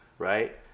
Right